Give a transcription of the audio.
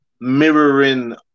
mirroring